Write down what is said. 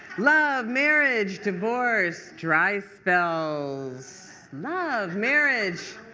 love, marriage, divorce, dry spells, love, marriage,